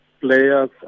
players